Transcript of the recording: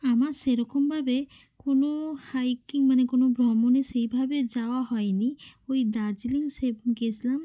আমার সেরকমভাবে কোনো হাইকিং মানে কোনো ভ্রমণে সেইভাবে যাওয়া হয়নি ওই দার্জিলিং সে গিয়েছিলাম